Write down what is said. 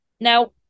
Now